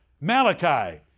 Malachi